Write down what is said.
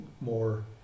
more